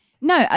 No